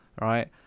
right